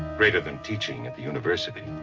greater than teaching at the university.